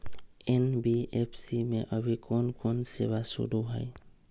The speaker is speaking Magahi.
एन.बी.एफ.सी में अभी कोन कोन सेवा शुरु हई?